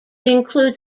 includes